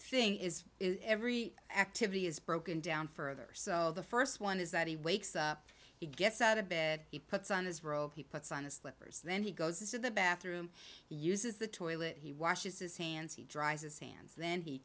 thing is every activity is broken down further so the first one is that he wakes up he gets out of bed he puts on his robe he puts on his slippers then he goes to the bathroom he uses the toilet he washes his hands he dries his hands then he